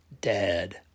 dad